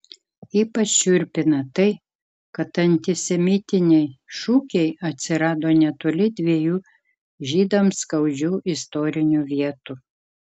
ypač šiurpina tai kad antisemitiniai šūkiai atsirado netoli dviejų žydams skaudžių istorinių vietų